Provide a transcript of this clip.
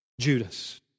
Judas